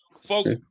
folks